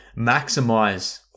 maximize